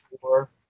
four